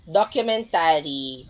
documentary